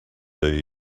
day